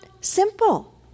simple